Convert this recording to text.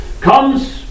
comes